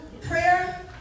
prayer